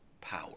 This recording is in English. power